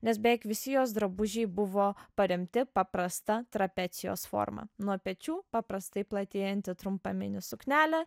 nes beveik visi jos drabužiai buvo paremti paprasta trapecijos forma nuo pečių paprastai platėjanti trumpa mini suknelę